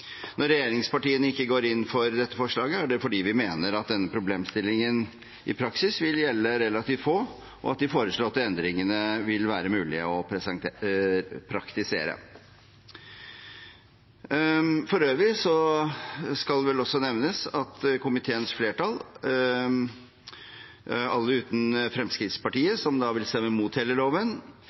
Når regjeringspartiene ikke går inn for dette forslaget, er det fordi vi mener at denne problemstillingen i praksis vil gjelde relativt få, og at de foreslåtte endringene vil være mulig å praktisere. For øvrig skal det også nevnes at komiteens flertall, alle utenom Fremskrittspartiet, som vil stemme